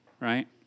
right